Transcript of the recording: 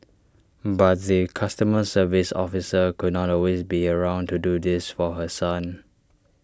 but the customer service officer could not always be around to do this for her son